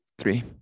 three